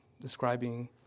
describing